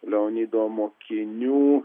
leonido mokinių